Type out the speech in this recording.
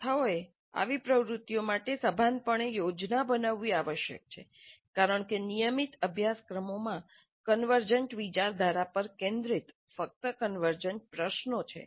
સંસ્થાઓએ આવી પ્રવૃત્તિઓ માટે સભાનપણે યોજના બનાવવી આવશ્યક છે કારણ કે નિયમિત અભ્યાસક્રમમાં કન્વર્જન્ટ વિચારધારા પર કેન્દ્રિત ફક્ત કન્વર્જન્ટ પ્રશ્નો છે